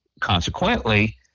consequently